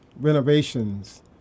renovations